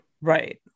Right